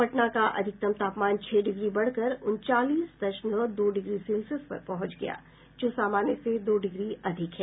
पटना का अधिकतम तापमान छह डिग्री बढ़कर उनचालीस दशमलव दो डिग्री सेल्सियस पर पहुंच गया जो सामान्य से दो डिग्री से अधिक है